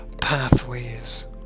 pathways